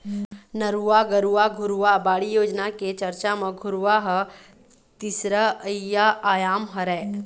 नरूवा, गरूवा, घुरूवा, बाड़ी योजना के चरचा म घुरूवा ह तीसरइया आयाम हरय